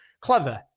Clever